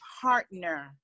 partner